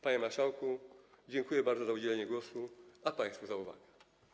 Panie marszałku, dziękuję bardzo za udzielenie głosu, a państwu dziękuję za uwagę.